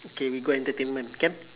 okay we go entertainment can